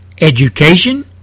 education